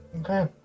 Okay